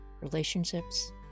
relationships